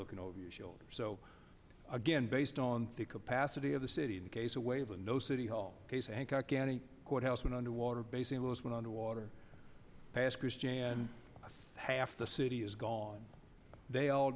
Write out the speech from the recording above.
looking over your shoulder so again based on the capacity of the city in case a waiver no city hall case hancock county courthouse went underwater basing those went underwater pass christian and half the city is gone they all